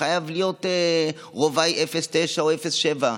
חייב להיות רובאי 09 או רובאי 07,